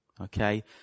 Okay